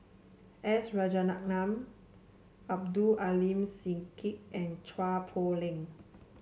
S Rajaratnam Abdul Aleem Siddique and Chua Poh Leng